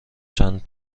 چند